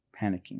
panicking